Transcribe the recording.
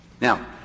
now